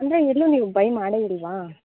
ಅಂದರೆ ಎಲ್ಲೂ ನೀವು ಬೈ ಮಾಡೇ ಇಲ್ಲವಾ